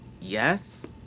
yes